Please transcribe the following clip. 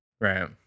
Right